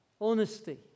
Honesty